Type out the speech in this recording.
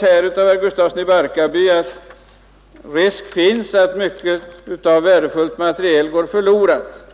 Herr Gustafsson i Barkarby sade att risk finns att mycket av värdefull material går förlorat.